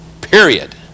Period